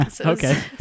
Okay